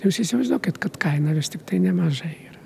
jūs įsivaizduokit kad kaina vis tiktai nemaža yra